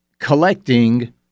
collecting